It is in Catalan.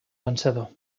vencedor